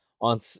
on